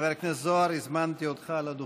חבר הכנסת זוהר, הזמנתי אותך לדוכן.